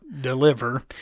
deliver